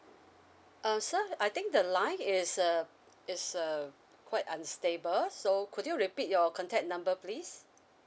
uh sir I think the line is uh is uh quite unstable so could you repeat your contact number please